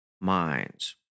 minds